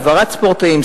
העברת ספורטאים,